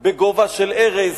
בגובה של ארז,